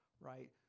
right